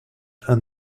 and